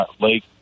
Lake